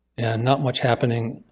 and not much happening,